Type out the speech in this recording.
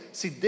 se